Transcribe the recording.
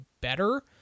better